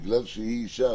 בגלל שהיא אישה,